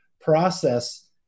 process